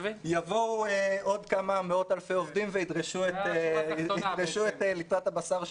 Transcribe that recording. יבואו עוד כמה מאות אלפי עובדים וידרשו את ליטרת הבשר שלהם.